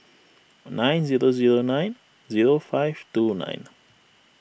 nine zero zero nine zero five two nine